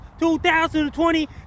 2020